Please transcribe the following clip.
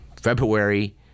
February